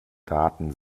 daten